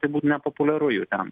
tai būtų nepopuliaru jau ten